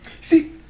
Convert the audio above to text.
See